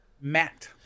Matt